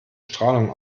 strahlung